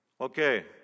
Okay